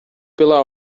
pela